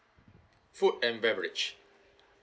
food and beverage